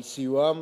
על סיועם